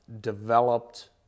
developed